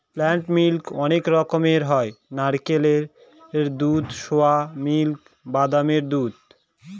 plant milk অনেক রকমের হয় নারকেলের দুধ, সোয়া মিল্ক, বাদামের দুধ